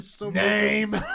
Name